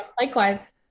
Likewise